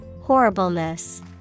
Horribleness